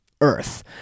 Earth